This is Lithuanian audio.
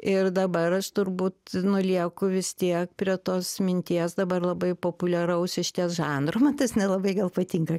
ir dabar aš turbūt lieku vis tiek prie tos minties dabar labai populiaraus išties žanro man tas nelabai gal patinka